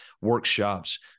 workshops